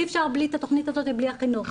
אי אפשר את התכנית הזאת בלי החינוך.